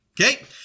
Okay